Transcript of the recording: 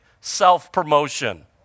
self-promotion